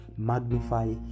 Magnify